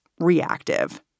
Reactive